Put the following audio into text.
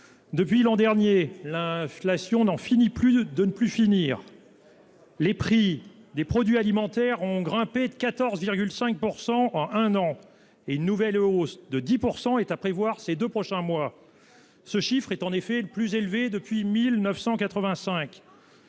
Depuis l'an dernier, l'inflation dans finit plus de de ne plus finir. Les prix des produits alimentaires ont grimpé de 14,5% en un an et une nouvelle hausse de 10% est à prévoir ces 2 prochains mois. Ce chiffre est en effet le plus élevé depuis 1985.